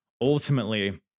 Ultimately